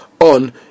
on